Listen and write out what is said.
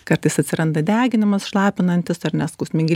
kartais atsiranda deginimas šlapinantis ar ne skausmingi